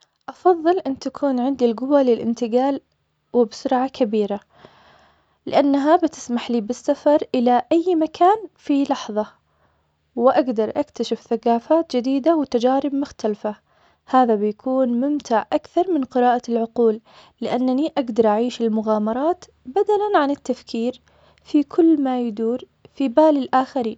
أفضل أن تكون عندي القوة للإنتقال وبسرعة كبيرة, لأنها بتسمحلي بالسفر إلى أي مكان في لحظة, وأقدرأكتشف ثقافات جديدة وتجارب مختلفة, هذا بيكون ممتع أكتر من قراءة العقول, لأنني أقدر أعيش المغامرات, بدلا عن التفكير في كل ما يدور في بال الآخرين.